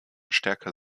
stärker